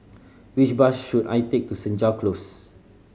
which bus should I take to Senja Close